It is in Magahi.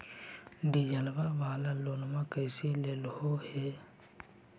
डीजलवा वाला लोनवा कैसे लेलहो हे?